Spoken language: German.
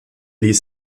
ließ